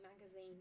magazine